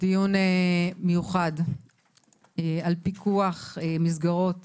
דיון מיוחד על פיקוח מסגרות